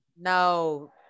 no